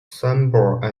sunbury